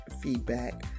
feedback